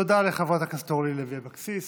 תודה לחברת הכנסת אורלי לוי אבקסיס.